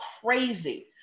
crazy